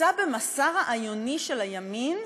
יצא במסע רעיוני של הימין,